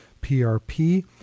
prp